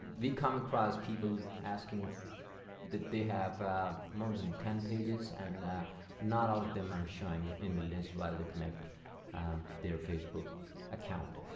we come across people asking that they have more than ten pages and not all of them are showing in the list while to connect their facebook account.